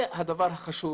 זה הדבר החשוב.